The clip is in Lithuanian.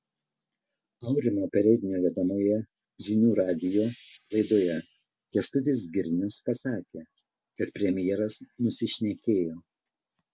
aurimo perednio vedamoje žinių radijo laidoje kęstutis girnius pasakė kad premjeras nusišnekėjo